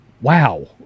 Wow